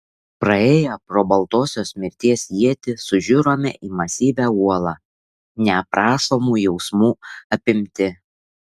praėję pro baltosios mirties ietį sužiurome į masyvią uolą neaprašomų jausmų apimti